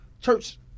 church